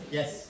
yes